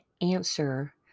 answer